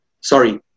sorry